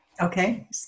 Okay